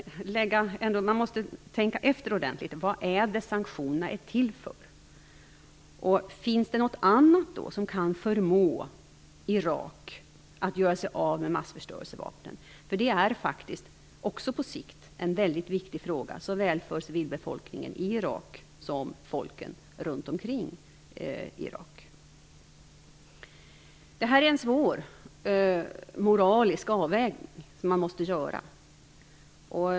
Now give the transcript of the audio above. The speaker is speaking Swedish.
Man måste tänka efter ordentligt vad sanktionerna är till för. Finns det något annat som kan förmå Irak att göra sig av med massförstörelsevapnen? Det är faktiskt på sikt en väldigt viktig fråga, såväl för civilbefolkningen i Irak som för folken runt omkring Irak. Det är en svår moralisk avvägning man måste göra.